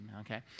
Okay